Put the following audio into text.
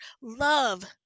love